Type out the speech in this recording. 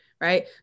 right